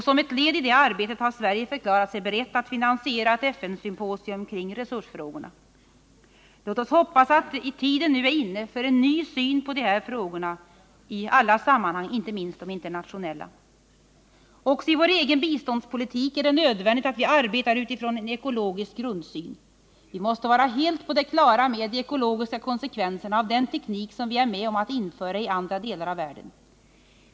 Som ett led i detta arbete har Sverige förklarat sig berett att finansiera ett FN-symposium kring resursfrågorna. Låt oss hoppas att tiden nu är inne för en ny syn på de här frågorna i alla sammanhang, inte minst de internationella. Också i vår egen biståndspolitik är det nödvändigt att vi arbetar utifrån en ekologisk grundsyn. Vi måste vara helt på det klara med de ekologiska konsekvenserna av den teknik som vi är med om att införa i andra delar av världen.